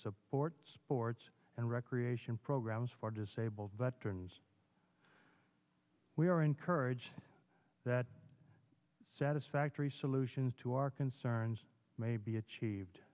support sports and recreation programs for disabled veterans we are encouraged that satisfactory solutions to our concerns may be achieved